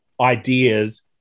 ideas